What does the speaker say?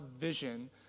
vision